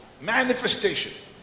manifestation